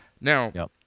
Now